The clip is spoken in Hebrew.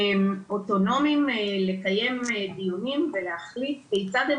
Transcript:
אוטונומיים לקיים דיונים ולהחליט כיצד הם